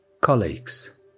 Colleagues